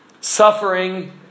Suffering